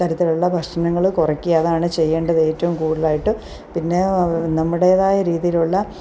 തരത്തിലുള്ള ഭക്ഷണങ്ങൾ കുറയ്ക്കുക അതാണ് ചെയ്യേണ്ടത് ഏറ്റവും കൂടുതലായിട്ടും പിന്നെ നമ്മുടേതായ രീതിയിലുള്ള